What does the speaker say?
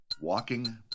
walking